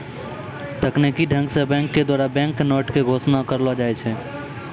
तकनीकी ढंग से बैंक के द्वारा बैंक नोट के घोषणा करलो जाय छै